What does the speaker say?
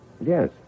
Yes